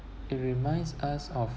it reminds us of